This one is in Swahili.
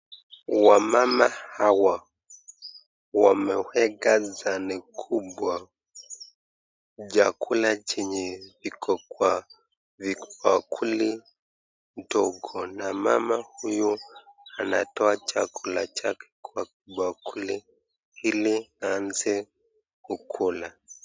Wamama hawa wameweka sahani kubwa chakula chenye iko kwa bakuli ndogo na mama huyu anatoa chakula kwenye bakuli hili aanze kukula.